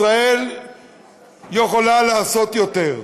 ישראל יכולה לעשות יותר.